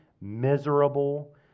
miserable